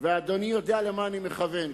אדוני יודע למה אני מכוון.